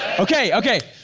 okay, okay,